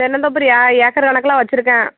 தென்னந்தோப்பரு ஏ ஏக்கர் கணக்கில் வச்சுருக்கேன்